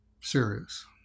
serious